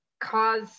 cause